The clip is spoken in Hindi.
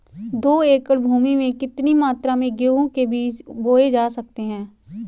दो एकड़ भूमि में कितनी मात्रा में गेहूँ के बीज बोये जा सकते हैं?